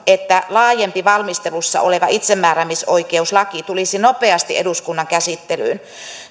että valmistelussa oleva laajempi itsemääräämisoikeuslaki tulisi nopeasti eduskunnan käsittelyyn